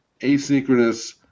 asynchronous